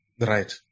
Right